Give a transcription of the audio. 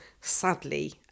sadly